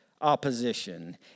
opposition